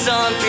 on